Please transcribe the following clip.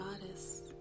goddess